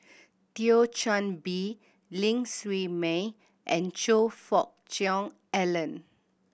Thio Chan Bee Ling Siew May and Choe Fook Cheong Alan